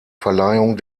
verleihung